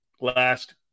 last